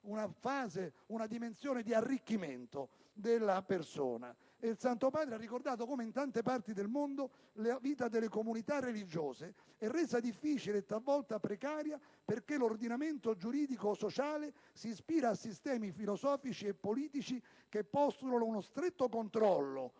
certamente una dimensione di arricchimento della persona. Il Santo Padre ha ricordato che in tante parti del mondo «la vita delle comunità religiose è resa difficile e talvolta precaria perché l'ordinamento giuridico o sociale si ispira a sistemi filosofici o politici che postulano uno stretto controllo,